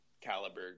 caliber